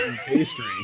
pastry